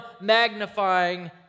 magnifying